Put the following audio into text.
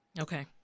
Okay